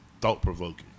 thought-provoking